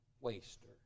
waster